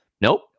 nope